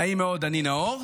נעים מאוד, אני נאור,